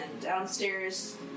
downstairs